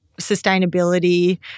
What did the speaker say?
sustainability